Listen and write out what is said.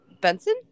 Benson